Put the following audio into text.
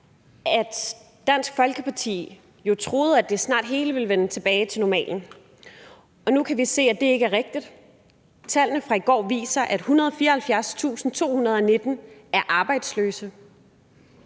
at Dansk Folketing jo troede, at det hele snart ville vende tilbage til normalen, og nu kan vi se, at det ikke er rigtigt. Tallene fra i går viser, at 174.219 er arbejdsløse.